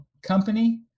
company